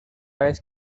vez